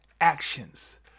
actions